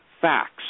facts